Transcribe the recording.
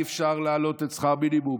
אי-אפשר להעלות את שכר המינימום,